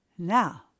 Now